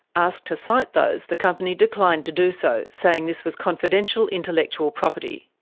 asked to cite those, the company declined to do so, saying this was confidential intellectual property.